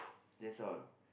that's all